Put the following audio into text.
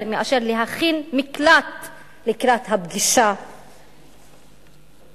מאשר להכין מקלט לקראת הפגישה אתו?